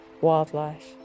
wildlife